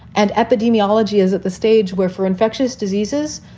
and epidemiology is at the stage where for infectious diseases,